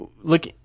look